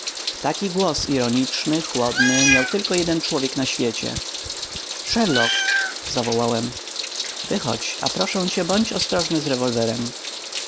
taki głos ironiczny chłodny miał tylko jeden człowiek na świecie sherlock zawołałem wychodź a proszę cię bądź ostrożny z rewolwerem